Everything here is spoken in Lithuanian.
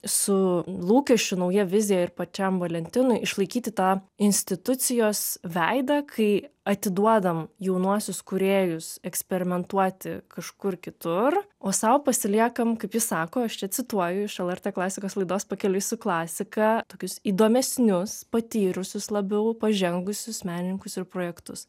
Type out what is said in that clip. su lūkesčiu nauja vizija ir pačiam valentinui išlaikyti tą institucijos veidą kai atiduodam jaunuosius kūrėjus eksperimentuoti kažkur kitur o sau pasiliekam kaip jis sako aš čia cituoju iš lrt klasikos laidos pakeliui su klasika tokius įdomesnius patyrusius labiau pažengusius menininkus ir projektus